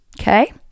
Okay